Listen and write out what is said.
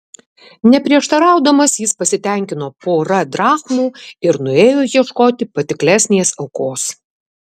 neprieštaraudamas jis pasitenkino pora drachmų ir nuėjo ieškoti patiklesnės aukos